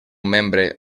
membre